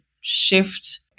shift